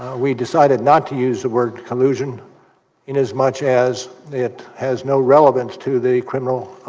we decided not to use a word from losing in as much as it has no relevance to the criminal,